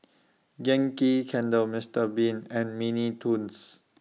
Yankee Candle Mister Bean and Mini Toons